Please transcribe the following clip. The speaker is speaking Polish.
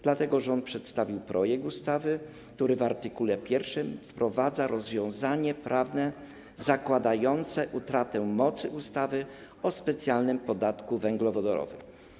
Dlatego rząd przedstawił projekt ustawy, który w art. 1 wprowadza rozwiązanie prawne zakładające utratę mocy ustawy o specjalnym podatku węglowodorowym.